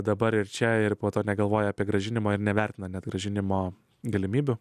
dabar ir čia ir po to negalvoja apie grąžinimą ir nevertina net grąžinimo galimybių